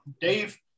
Dave